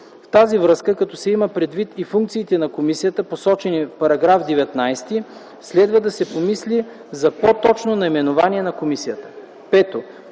В тази връзка, като се имат предвид и функциите на комисията, посочени в § 19 (чл. 19а, ал. 2), следва да се помисли за по-точно наименование на комисията.